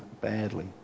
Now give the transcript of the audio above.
badly